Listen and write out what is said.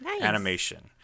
animation